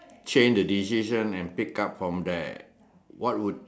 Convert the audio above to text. change a decision and pick up from there